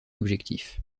objectif